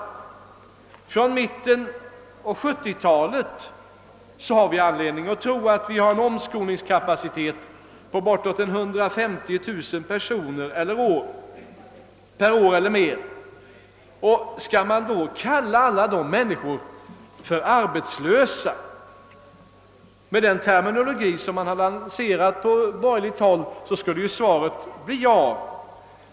Vid mitten av 1970-talet har vi anledning att tro att vi har en omskolningskapacitet på bortåt 150 000 personer per år. Skall man då kalla alla de människorna för arbetslösa? Att döma av den terminologi som lanserats från borgerligt håll skulle svaret bli ja.